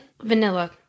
vanilla